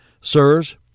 Sirs